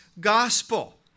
gospel